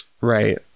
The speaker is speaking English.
Right